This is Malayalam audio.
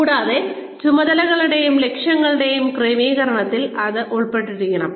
കൂടാതെ ചുമതലകളുടെയും ലക്ഷ്യങ്ങളുടെയും ക്രമീകരണത്തിൽ അത് ഉൾപ്പെട്ടിരിക്കണം